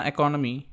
Economy